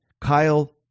Kyle